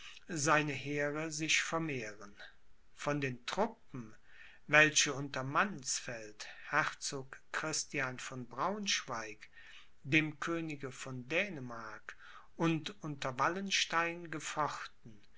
seine heere sich vermehren von den truppen welche unter mannsfeld herzog christian von braunschweig dem könige von dänemark und unter wallenstein gefochten